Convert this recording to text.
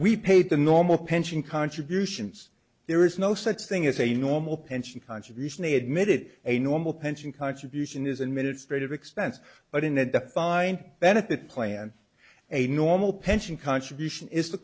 we paid the normal pension contributions there is no such thing as a normal pension contribution he admitted a normal pension contribution is a minute stated expense but in a defined benefit plan a normal pension contribution is the